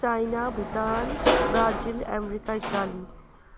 China Bhutan Brazil America Italy